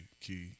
key